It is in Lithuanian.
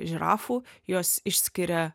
žirafų jos išskiria